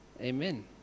Amen